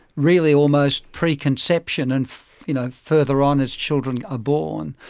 really almost preconception and you know further on as children are born,